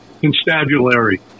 Constabulary